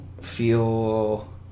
feel –